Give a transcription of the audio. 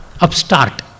upstart